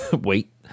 wait